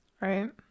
Right